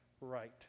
right